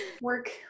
Work